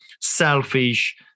selfish